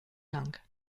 lang